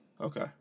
Okay